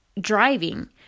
driving